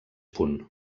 punt